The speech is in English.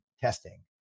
testing